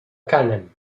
cànem